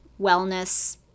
wellness